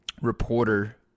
reporter